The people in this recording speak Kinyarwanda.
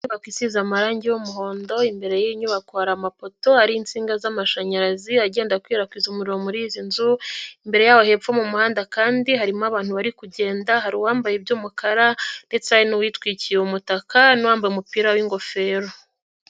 lnyubako isize amarangi y'umuhondo ,imbere y'inyubako hari amapoto ariho insinga z'amashanyarazi, agenda akwirakwiza umuriro muri izi nzu. lmbere y'aho hepfo mu muhanda kandi harimo abantu bari kugenda ,hari uwambaye iby'umukara ndetse n'uwitwikiye umutaka, n'uwambaye umupira w'ingofero.